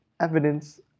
evidence